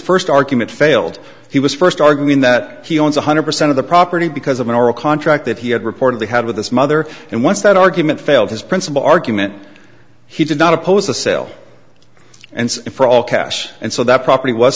first argument failed he was first arguing that he owns one hundred percent of the property because of an oral contract that he had reportedly had with this mother and once that argument failed his principal argument he did not oppose the sale and for all cash and so that property was